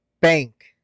bank